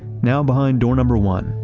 now behind door number one,